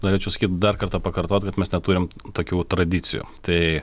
norėčiau sakyt dar kartą pakartot kad mes neturim tokių tradicijų tai